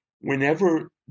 Whenever